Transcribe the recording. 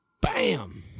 Bam